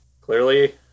clearly